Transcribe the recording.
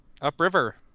Upriver